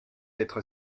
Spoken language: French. être